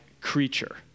creature